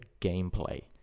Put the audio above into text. gameplay